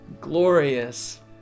glorious